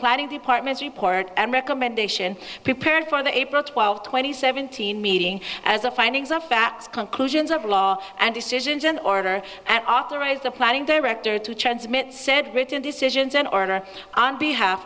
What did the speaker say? planning department's report and recommendation p parent for the april twelve twenty seventeen meeting as the findings of facts conclusions of law and decisions and order and authorize the planning director to transmit said written decisions in order on behalf